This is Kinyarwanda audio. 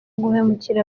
guhemukira